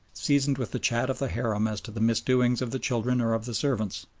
seasoned with the chat of the harem as to the misdoings of the children or of the servants,